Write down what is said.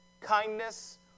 kindness